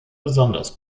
besonders